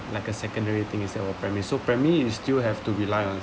like a secondary thing instead of primary so primary you still have to rely on